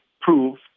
prove